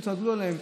יתרגלו אליהם,